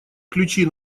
ключи